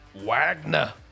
Wagner